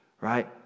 right